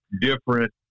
different